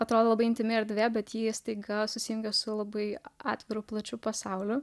atrodo labai intymi erdvė bet ji staiga susijungia su labai atviru plačiu pasauliu